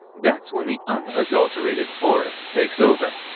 that's when the unadulterated horror takes over.